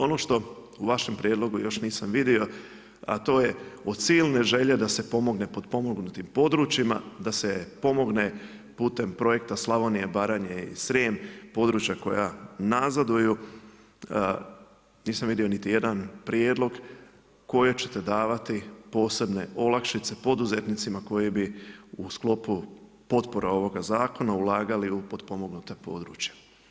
Ono što u vašem prijedlogu još nisam vidio, a to je od silne želje da se pomogne potpomognutim područjima, da se pomogne putem projekta Slavonije, Baranje i Srijem područja koja nazaduju nisam vidio niti jedan prijedlog koje ćete davati posebne olakšice poduzetnicima koji bi u sklopu potpora ovoga zakona ulagali u potpomognuta područja.